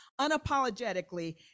unapologetically